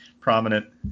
prominent